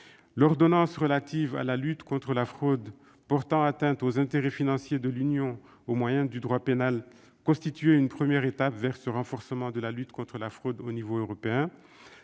L'ordonnance relative à la lutte contre la fraude portant atteinte aux intérêts financiers de l'Union au moyen du droit pénal constituait une première étape vers ce renforcement de la lutte contre la fraude au niveau européen.